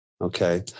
Okay